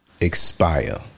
expire